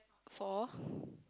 four